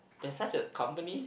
there's such a company